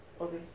Okay